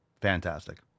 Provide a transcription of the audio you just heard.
Fantastic